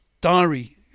diary